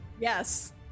yes